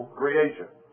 creation